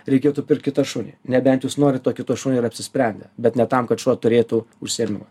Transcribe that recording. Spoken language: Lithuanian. reikėtų pirkit kitą šunį nebent jūs norit to kito šunio ir apsisprendę bet ne tam kad šuo turėtų užsiėmimą